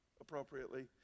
appropriately